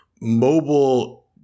mobile